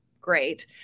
great